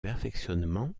perfectionnement